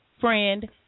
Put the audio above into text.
friend